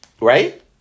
Right